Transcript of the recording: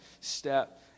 step